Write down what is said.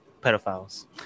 pedophiles